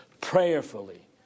prayerfully